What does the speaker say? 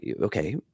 Okay